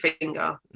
finger